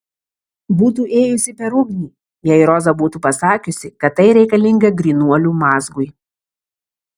būtų ėjusi per ugnį jei roza būtų pasakiusi kad tai reikalinga grynuolių mazgui